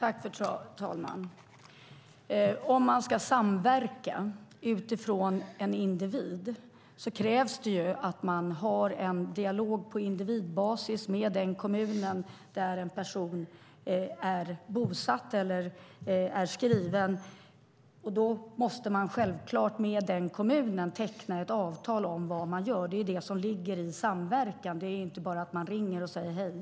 Fru talman! Om man ska samverka utifrån en individ krävs det att man har en dialog på individbasis med den kommun där en person är bosatt eller skriven. Då måste man självklart med denna kommun teckna ett avtal om vad man gör. Det är det som ligger i samverkan; det är inte bara att man ringer och säger hej.